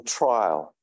trial